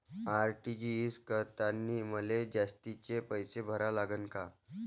RTGS करतांनी मले जास्तीचे पैसे भरा लागन का?